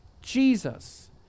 Jesus